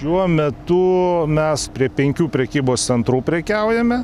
šiuo metu mes prie penkių prekybos centrų prekiaujame